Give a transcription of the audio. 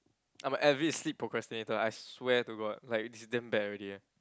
I'm a avid sleep procrastinator I swear to God like it's damn bad already leh